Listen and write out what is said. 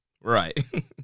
right